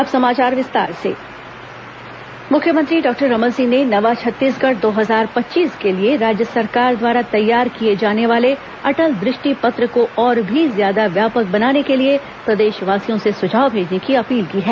अटल दृष्टि पत्र सुझाव मुख्यमंत्री डॉक्टर रमन सिंह ने नवा छत्तीसगढ़ दो हजार पच्चीस के लिए राज्य सरकार द्वारा तैयार अटल दृष्टि पत्र को और भी ज्यादा व्यापक बनाने के लिए प्रदेशवासियों से सुझाव भेजने की अपील की है